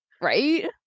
right